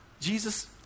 Jesus